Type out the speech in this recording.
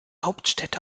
hauptstädte